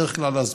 בדרך כלל,